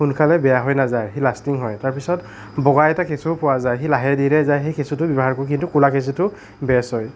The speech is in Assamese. সোনকালে বেয়া হৈ নাযায় সি লাষ্টিং হয় তাৰপিছত বগা এটা কেঁচুও পোৱা যায় সি লাহে ধীৰে যায় সেই কেঁচুটোও ব্যৱহাৰ কৰোঁ কিন্তু ক'লা কেঁচুটো বেচ হয়